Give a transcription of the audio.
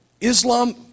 Islam